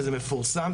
וזה מפורסם,